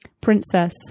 princess